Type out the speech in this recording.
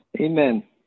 Amen